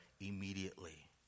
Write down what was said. immediately